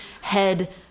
head